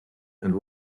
and